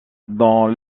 dans